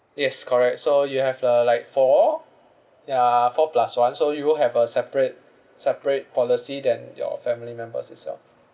yes correct so you have the like four ya four plus one so you will have a separate separate policy than your family members as well